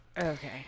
Okay